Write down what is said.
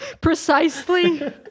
Precisely